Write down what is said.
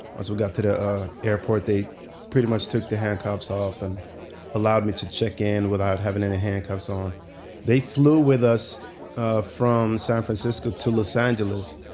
once we got to the ah airport, they pretty much took the handcuffs off and allowed me to check in without having any handcuffs on they flew with us ah from san francisco to los angeles.